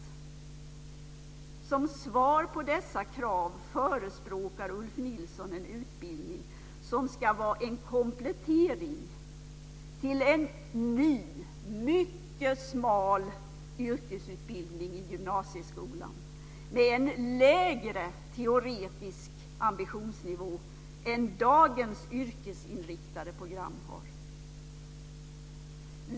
Som svar på dessa krav förespråkar Ulf Nilsson en utbildning som ska vara en komplettering till en ny, mycket smal yrkesutbildning i gymnasieskolan med en lägre teoretisk ambitionsnivå än vad dagens yrkesinriktade program har.